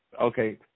Okay